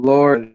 Lord